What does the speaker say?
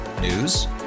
news